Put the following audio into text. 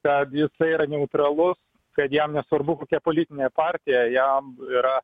kad jisai yra neutralus kad jam nesvarbu kokia politinė partija jam yra